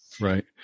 Right